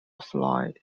fly